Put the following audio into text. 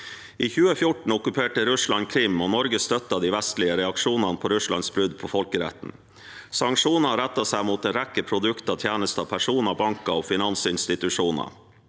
I 2014 okkuperte Russland Krym, og Norge støttet de vestlige reaksjonene på Russlands brudd på folkeretten. Sanksjoner rettet seg mot en rekke produkter, tjenester, personer, banker og finansinstitusjoner.